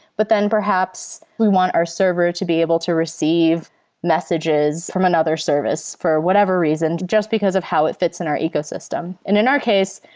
but then perhaps we want our server to be able to receive messages from another service for whatever reason just because of how it fits in our ecosystem. and in our case,